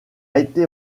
été